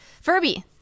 Furby